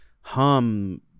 hum